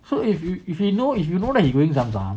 so if you if you know if you know that he going zam zam